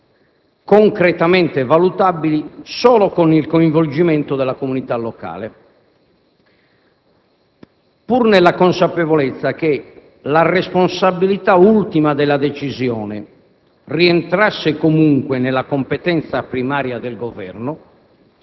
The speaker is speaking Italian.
concretamente valutabili solo con il coinvolgimento della comunità locale. Pur nella consapevolezza che la responsabilità ultima della decisione rientrasse comunque nella competenza primaria del Governo,